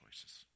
choices